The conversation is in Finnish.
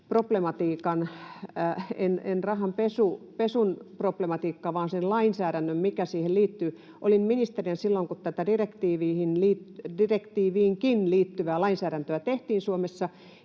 rahanpesulakiproblematiikan — en rahanpesun problematiikkaa vaan sen lainsäädännön, mikä siihen liittyy. Olin ministerinä silloin, kun tätä direktiiviinkin liittyvää lainsäädäntöä tehtiin Suomessa,